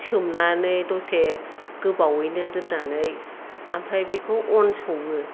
सोमनानै दसे गोबावैनो दोननानै ओमफ्राय बेखौ अन सौवो